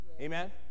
amen